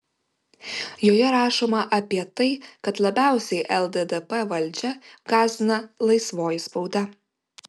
joje rašoma apie tai kad labiausiai lddp valdžią gąsdina laisvoji spauda